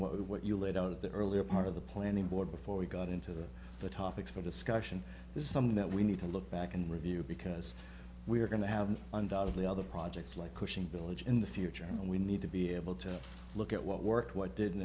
what what you laid out the earlier part of the planning board before we got into the topic for discussion this is something that we need to look back and review because we are going to have undoubtedly other projects like cushing village in the future and we need to be able to look at what worked what didn't